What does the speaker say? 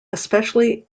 especially